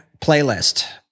playlist